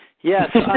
yes